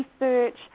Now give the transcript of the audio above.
research